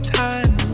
time